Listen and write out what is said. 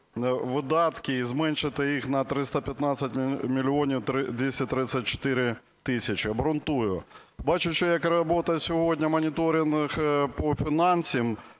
видатки і зменшити їх на 315 мільйонів 234 тисячі. Обґрунтую. Бачачи, як работает сьогодні моніторинг по фінансам,